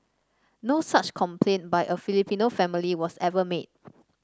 no such complaint by a Filipino family was ever made